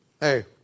Hey